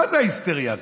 מה זה ההיסטריה הזו?